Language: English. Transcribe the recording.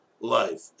Life